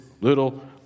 little